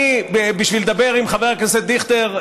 בשביל לדבר עם חבר הכנסת דיכטר,